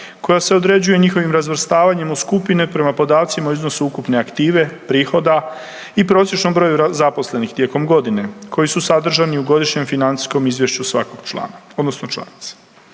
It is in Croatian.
koja se određuje njihovim razvrstavanjem u skupine prema podacima u iznosu ukupne aktive, prihoda i prosječnom broju zaposlenih tijekom godine koji su sadržani u godišnjem financijskom izvješću svakog člana odnosno članice.